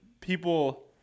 people